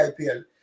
IPL